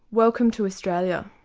welcome to australia.